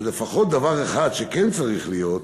אז לפחות דבר אחד שכן צריך להיות: